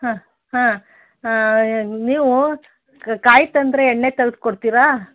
ಹಾಂ ಹಾಂ ನೀವು ಕಾಯಿ ತಂದರೆ ಎಣ್ಣೆ ತಗ್ದು ಕೊಡ್ತೀರಾ